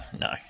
no